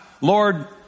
Lord